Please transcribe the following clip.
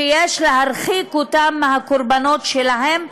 שיש להרחיק אותם מהקורבנות שלהם,